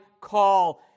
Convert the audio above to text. call